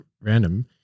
random